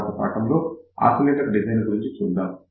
తర్వాత పాఠములో oscillator design గురించి చూద్దాం